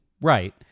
right